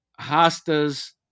hostas